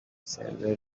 سرور